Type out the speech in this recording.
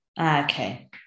Okay